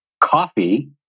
coffee